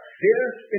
fierce